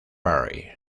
barry